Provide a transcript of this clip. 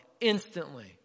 Instantly